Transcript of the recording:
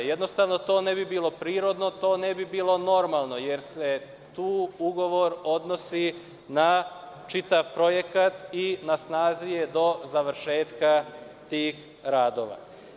Jednostavno, to ne bi bilo prirodno, to ne bi bilo normalno, jer se tu ugovor odnosi na čitav projekat i na snazi je do završetka tih radova.